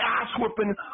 ass-whooping